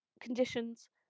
conditions